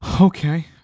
Okay